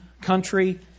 country